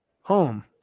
home